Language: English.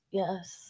yes